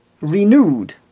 renewed